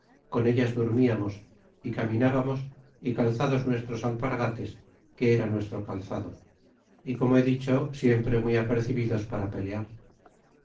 con ellas durmiamos y camina bamos y calzados nuestros alpargates que era nuestro calzado y como he dicho siempre muy apercebidos para pelear